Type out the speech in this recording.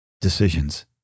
Decisions